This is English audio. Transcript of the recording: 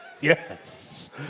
Yes